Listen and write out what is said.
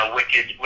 wicked